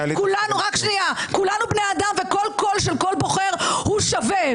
כולנו בני אדם, וכל קול של כל בוחר, הוא שווה.